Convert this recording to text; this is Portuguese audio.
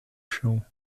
chão